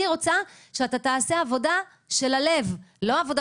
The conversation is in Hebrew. אני רוצה שאתה תעשה עבודה של הלב לא עבודה